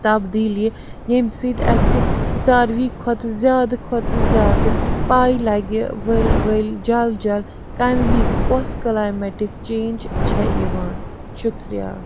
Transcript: تبدیٖلی ییٚمہِ سۭتۍ اَسہِ زاروی کھۄتہٕ زیادٕ کھۄتہٕ زیادٕ پَے لَگہِ ؤلۍ ؤلۍ جل جل کَمہِ وِزِ کۄس کٕلایمٮ۪ٹِک چینٛج چھےٚ یِوان شُکریہ